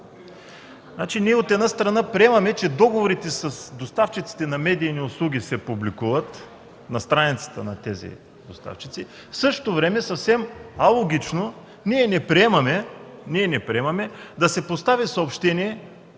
От една страна, приемаме, че договорите с доставчиците на медийни услуги се публикуват на страницата на тези доставчици. В същото време съвсем алогично ние не приемаме да се постави съобщение,